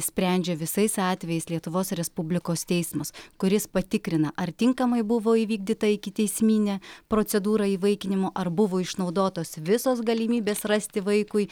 sprendžia visais atvejais lietuvos respublikos teismas kuris patikrina ar tinkamai buvo įvykdyta ikiteisminė procedūra įvaikinimo ar buvo išnaudotos visos galimybės rasti vaikui